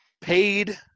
paid